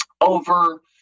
over